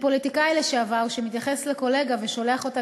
לפוליטיקאי לשעבר שמתייחס לקולגה ושולח אותה